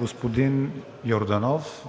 господин Йорданов